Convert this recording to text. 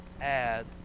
add